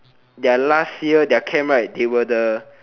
their last year their camp right they were the